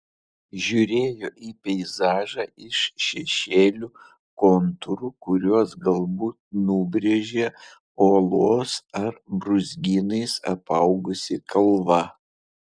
žiūrėjo į peizažą iš šešėlių kontūrų kuriuos galbūt nubrėžė uolos ar brūzgynais apaugusi kalva